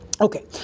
Okay